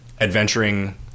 adventuring